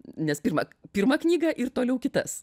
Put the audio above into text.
nes pirma pirmą knygą ir toliau kitas